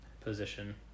position